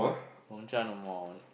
Gong-Cha no more